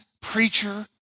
preacher